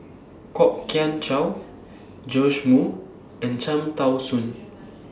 Kwok Kian Chow Joash Moo and Cham Tao Soon